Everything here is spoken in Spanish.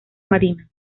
marinas